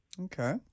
Okay